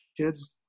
kids